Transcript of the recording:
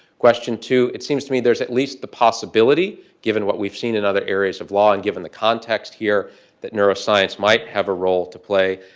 question two, it seems to me there's at least the possibility given what we've seen in other areas of law and given the context here that neuroscience might have a role to play,